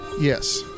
Yes